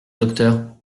docteur